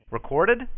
Recorded